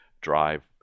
drive